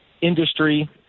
industry